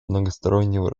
многостороннего